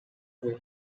way